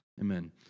Amen